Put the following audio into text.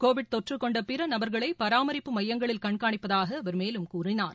Covid தொற்று கொண்ட பிற நபர்களை பராமரிப்பு மையங்களில் கண்காணிப்பதாக அவர் மேலும் கூறினார்